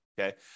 Okay